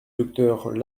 docteur